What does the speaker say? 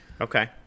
okay